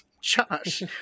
Josh